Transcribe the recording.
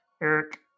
Eric